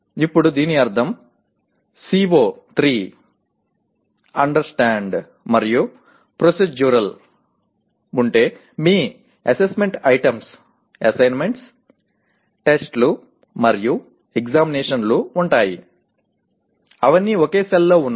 ఇప్పుడు దీని అర్థం CO3 అండర్స్టాండ్ మరియు ప్రొసీడ్యూరల్లో ఉంటే మీ అసెస్మెంట్ ఐటమ్స్లో అసైన్మెంట్స్ టెస్ట్లు మరియు ఎగ్జామినేషన్లు ఉంటాయి అవన్నీ ఒకే సెల్లో ఉన్నాయి